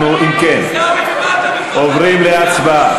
אם כן, עוברים להצבעה.